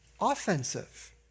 offensive